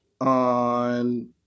on